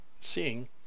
seeing